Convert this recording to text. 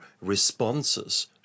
responses